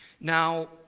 Now